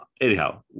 anyhow